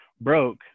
broke